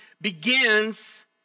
begins